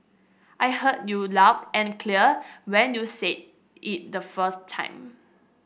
I heard you loud and clear when you said it the first time